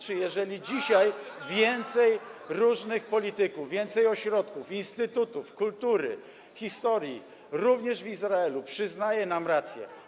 Czy jeżeli dzisiaj więcej różnych polityków, więcej ośrodków, instytutów kultury, historii, również w Izraelu, przyznaje nam rację.